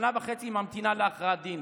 שנה וחצי היא ממתינה להכרעת הדין.